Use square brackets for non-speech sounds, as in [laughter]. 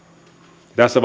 tässä [unintelligible]